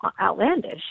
outlandish